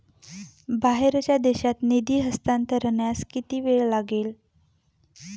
बाहेरच्या देशात निधी हस्तांतरणास किती वेळ लागेल?